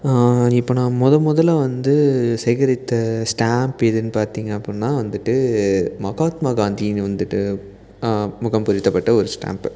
இப்போ நான் மொதல் முதல்ல வந்து சேகரித்த ஸ்டாம்ப் எதுன்னு பார்த்தீங்க அப்படினா வந்துட்டு மகாத்மா காந்தியின் வந்துட்டு முகம் பதித்தப்பட்ட ஒரு ஸ்டாம்ப்பு